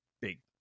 big